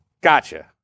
Gotcha